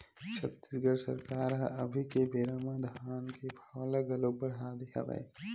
छत्तीसगढ़ सरकार ह अभी के बेरा म धान के भाव ल घलोक बड़हा दे हवय